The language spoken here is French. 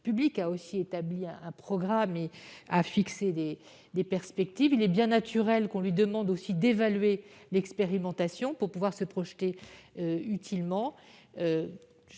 publique, a établi un programme et fixé des perspectives. Il est bien naturel de lui demander d'évaluer l'expérimentation pour pouvoir se projeter utilement.